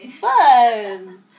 Fun